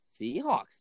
Seahawks